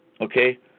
okay